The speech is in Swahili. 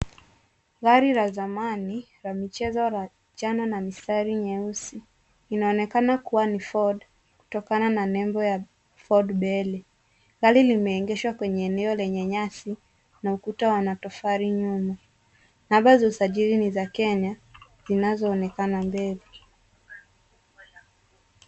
Gari la zamani la michezo la njano na mistari nyeusi inaonekana kuwa ni Ford kutokana na nembo ya Ford mbele. Gari limeegeshwa kwenye eneo lenye nyasi na ukuta wa matofali nyuma. Namba za usajili ni za Kenya zinazoonekana mbele.